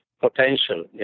potential